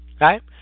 right